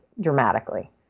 dramatically